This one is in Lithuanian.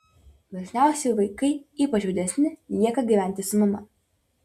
dažniausiai vaikai ypač jaunesni lieka gyventi su mama